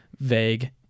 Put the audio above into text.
vague